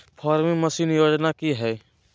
Farming machine योजना कि हैय?